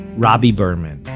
robby berman.